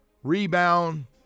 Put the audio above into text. rebound